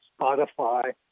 Spotify